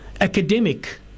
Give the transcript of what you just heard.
academic